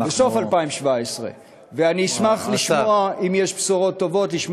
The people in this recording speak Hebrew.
בסוף 2017. אני אשמח לשמוע ממך,